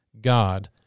God